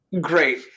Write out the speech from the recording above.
great